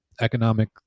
economic